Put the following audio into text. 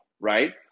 right